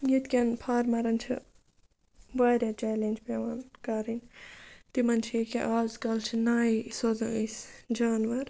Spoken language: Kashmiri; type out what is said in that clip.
ییٚتہِ کٮ۪ن فارمَرَن چھِ واریاہ چَلینٛج پیٚوان کَرٕنۍ تِمَن چھِ ییٚکیٛاہ اَزکَل چھِ ںَیہِ سوزان أسۍ جانوَر